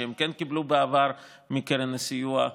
שכן קיבלו בעבר מקרן הסיוע,